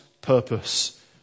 purpose